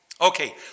Okay